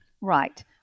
Right